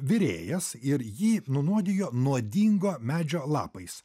virėjas ir jį nunuodijo nuodingo medžio lapais